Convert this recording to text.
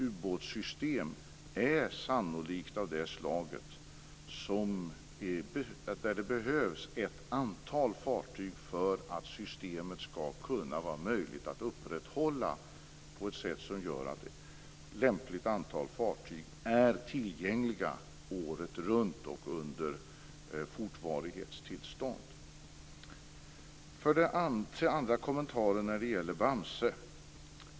Ubåtssystem är sannolikt sådana att ett lämpligt antal fartyg är tillgängliga året runt där de behövs för att upprätthålla systemet. Den andra kommentaren gäller Bamse.